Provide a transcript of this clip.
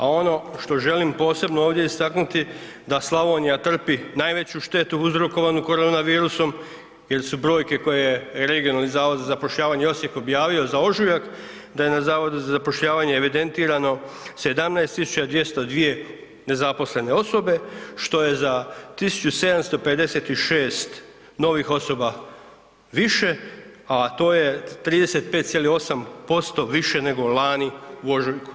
A ono što želim posebno ovdje istaknuti da Slavonija trpi najveću štetu uzrokovanu korona virusom jer su brojke koji je regionalni Zavod za zapošljavanje Osijek objavio za ožujak da je na zavodu za zapošljavanje evidentirano 17.202 nezaposlene osobe što je za 1756 novih osoba više, a to je 35,8% više nego lani u ožujku.